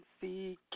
see